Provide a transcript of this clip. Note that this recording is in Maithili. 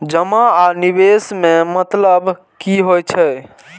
जमा आ निवेश में मतलब कि होई छै?